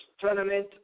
tournament